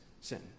sin